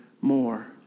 more